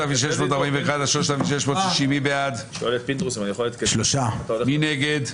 3 בעד, 8 נגד,